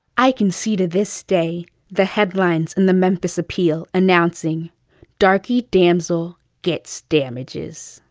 i can see to this day the headlines in the memphis appeal announcing darky damsel gets damages.